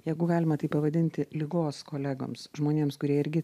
jeigu galima taip pavadinti ligos kolegoms žmonėms kurie irgi